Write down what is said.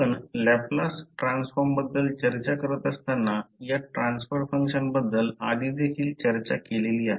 आपण Laplace transform बद्दल चर्चा करत असताना या ट्रान्सफर फंक्शन बद्दल आधी देखील चर्चा केलेली आहे